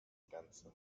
ganze